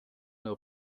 nur